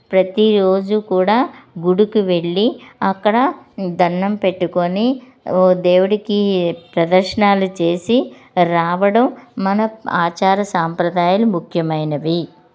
ప్రతి రోజు కూడా గుడికి వెళ్ళి అక్కడ దండం పెట్టుకొని దేవుడికి ప్రదక్షిణాలు చేసి రావడం మన ఆచార సాంప్రదాయాలు ముఖ్యమైనవి